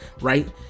Right